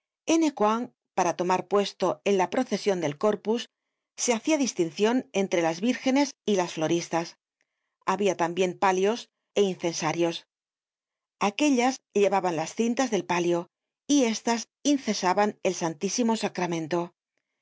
ecouen para tomar puesto en la procesion del corpus se hacia distincion entre las vírgenes y las floristas habia tambien palios é incensarios aquellas llevaban las cintas del palio y estas incesaban el santísimo sacramento